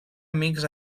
amics